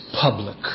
public